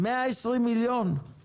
120 מיליון שקל